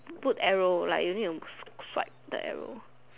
put arrow like you need to swipe the arrow